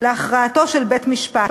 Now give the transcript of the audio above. להכרעתו של בית-משפט".